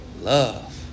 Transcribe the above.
Love